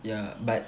ya but